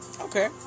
okay